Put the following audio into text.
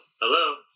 hello